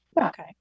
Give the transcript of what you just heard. Okay